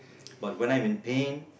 but when I'm in pain